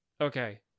Okay